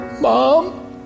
mom